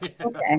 okay